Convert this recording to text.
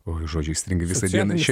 oi žodžiai įstringa visai dienai čia